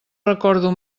recordo